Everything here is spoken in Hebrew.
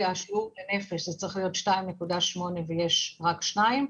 לפי השיעור לנפש צריך להיות 2.8 ויש רק 2,